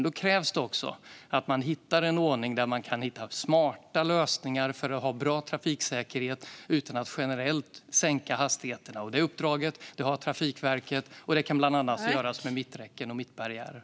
Då krävs det också att man hittar en ordning med smarta lösningar för att ha bra trafiksäkerhet utan att generellt sänka hastigheterna. Det uppdraget har Trafikverket, och det kan bland annat göras med mitträcken och mittbarriärer.